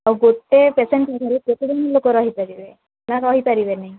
ଆଉ ଗୋଟେ ପେସେଣ୍ଟ ସେତେଦିନ ଲୋକ ରହିପାରିବେ ନା ରହିପାରିବେନି